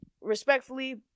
respectfully